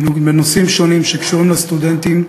בנושאים שונים שקשורים לסטודנטים,